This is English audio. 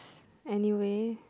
anyway